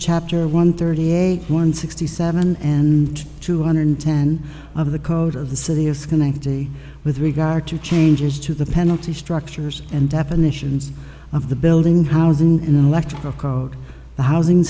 chapter one thirty eight one sixty seven and two hundred ten of the code of the city of schenectady with regard to changes to the penalty structures and definitions of the building housing and the electrical code the housing